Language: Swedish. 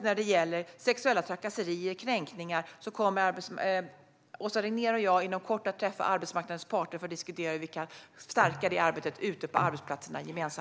När det gäller arbetet mot sexuella trakasserier och kränkningar kommer Åsa Regnér och jag inom kort att träffa arbetsmarknadens parter för att diskutera hur vi gemensamt kan stärka det arbetet ute på arbetsplatserna.